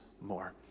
more